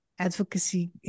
advocacy